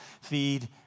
feed